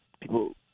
people